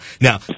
Now